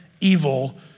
evil